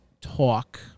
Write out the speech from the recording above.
Talk